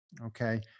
Okay